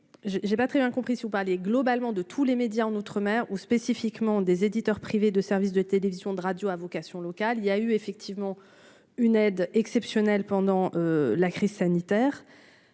j'ai pas très bien compris si vous parlez globalement de tous les médias en outre-mer ou spécifiquement des éditeurs privés de services de télévision, de radio à vocation locale il y a eu effectivement une aide exceptionnelle pendant la crise sanitaire,